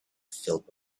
filled